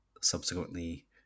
subsequently